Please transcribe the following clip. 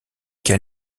quel